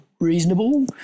reasonable